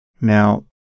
Now